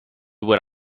what